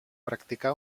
practicà